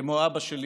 כמו אבא שלי.